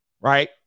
Right